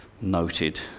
noted